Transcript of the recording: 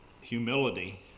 Humility